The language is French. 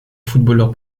footballeur